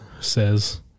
says